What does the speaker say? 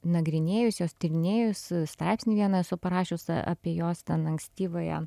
nagrinėjus jos tyrinėjus straipsnį vieną esu parašius apie jos ten ankstyvąją